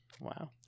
Wow